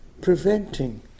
preventing